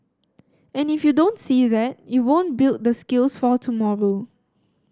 and if you don't see that you won't build the skills for tomorrow